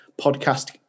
podcast